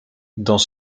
dans